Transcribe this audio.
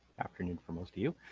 afternoon for most of you.